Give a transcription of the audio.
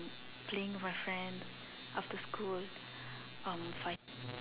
playing with my friends after school um five